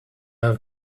have